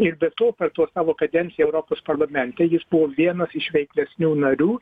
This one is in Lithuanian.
ir be to per tą savo kadenciją europos parlamente jis buvo vienas iš veiklesnių narių